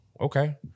okay